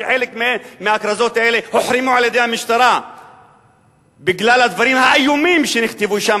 וחלק מהכרזות האלה הוחרמו על-ידי המשטרה בגלל הדברים האיומים שנכתבו שם,